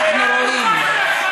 אנחנו רואים.